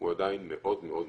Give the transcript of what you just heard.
הוא עדיין מאוד מאוד מוגבל,